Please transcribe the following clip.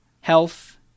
health